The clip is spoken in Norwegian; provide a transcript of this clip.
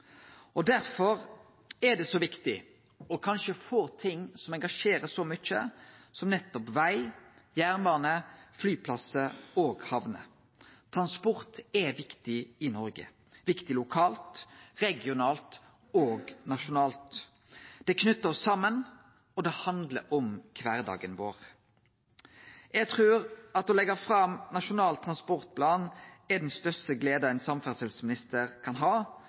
Derfor er det òg så viktig – og det er kanskje få ting som engasjerer like mykje – med nettopp veg, jernbane, flyplassar og hamner. Transport er viktig i Noreg. Det er viktig lokalt, regionalt og nasjonalt. Det knyter oss saman, og det handlar om kvardagen vår. Eg trur at å leggje fram Nasjonal transportplan er den største gleda ein samferdselsminister kan ha,